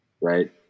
right